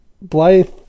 Blythe